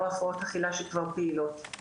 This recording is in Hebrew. או הפרעות אכילה שכבר פעילות.